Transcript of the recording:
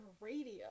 radio